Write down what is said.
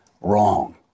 wrong